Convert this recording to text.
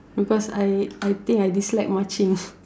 because I I think I dislike marching